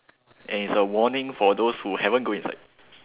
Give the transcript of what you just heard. and it's a warning for those who haven't go inside